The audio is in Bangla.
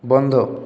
বন্ধ